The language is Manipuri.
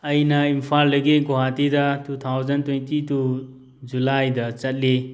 ꯑꯩꯅ ꯏꯝꯐꯥꯜꯗꯒꯤ ꯒꯣꯍꯥꯇꯤꯗ ꯇꯨ ꯊꯥꯎꯖꯟ ꯇꯣꯏꯟꯇꯤ ꯇꯨ ꯖꯨꯂꯥꯏꯗ ꯆꯠꯂꯤ